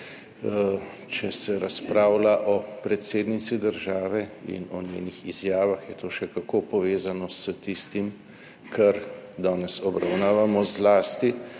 če se razpravlja o predsednici države in o njenih izjavah, je to še kako povezano s tistim, kar danes obravnavamo, zlasti